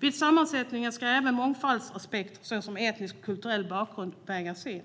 Vid sammansättningen ska även mångfaldsrespekt, såsom etnisk och kulturell bakgrund, vägas in,